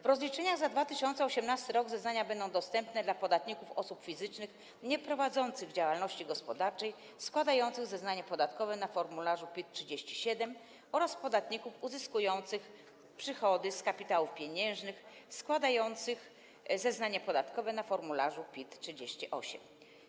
W rozliczeniach za 2018 r. zeznania będą dostępne dla podatników osób fizycznych nieprowadzących działalności gospodarczej, składających zeznanie podatkowe na formularzu PIT-37, oraz podatników uzyskujących przychody z kapitałów pieniężnych, składających zeznanie podatkowe na formularzu PIT-38.